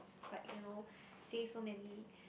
it's like you know say so many